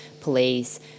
police